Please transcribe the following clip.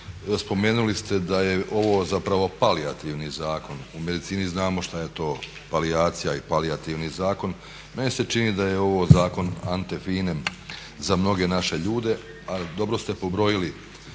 spomenuli ste da je ovo zapravo palijativni zakon. U medinici znamo šta je to palijacija i palijativni zakon. Meni se čini da je ovo zakon anefinem za mnoge naše ljude. A dobro ste pobrojili